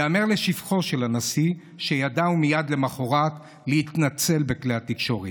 ייאמר לשבחו של הנשיא שידע הוא מייד למוחרת להתנצל בכלי התקשורת.